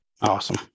awesome